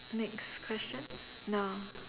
next question nah